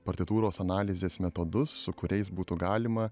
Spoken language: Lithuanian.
partitūros analizės metodus su kuriais būtų galima